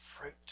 fruit